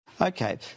Okay